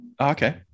Okay